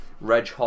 Reg